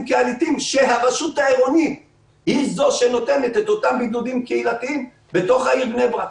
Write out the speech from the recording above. קהילתיים שהרשות העירונית נותנת בתוך העיר בני ברק.